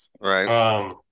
Right